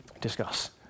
Discuss